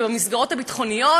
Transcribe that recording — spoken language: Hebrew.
ובמסגרות הביטחוניות,